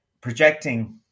projecting